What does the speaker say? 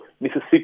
mississippi